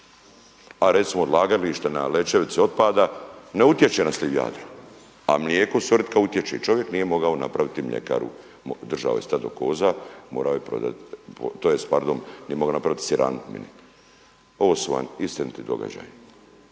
a recimo odlagalište na Lečevici otpada ne utječe na sliv Jadra a mlijeko suritka utječe, čovjek nije mogao napraviti mljekaru. Držao je stado koza, morao je prodati, tj. pardon nije mogao napraviti siranu mlijeka. Ovo su vam istiniti događaji.